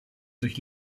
durch